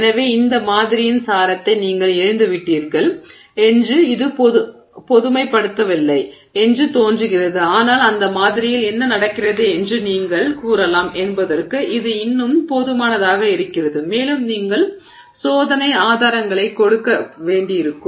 எனவே அந்த மாதிரியின் சாரத்தை நீங்கள் இழந்துவிட்டீர்கள் என்று இது பொதுமைப்படுத்தவில்லை என்று தோன்றுகிறது ஆனால் அந்த மாதிரியில் என்ன நடக்கிறது என்று நீங்கள் கூறலாம் என்பதற்கு இது இன்னும் போதுமானதாக இருக்கிறது மேலும் நீங்கள் சோதனை ஆதாரங்களை கொடுக்க வேண்டியிருக்கும்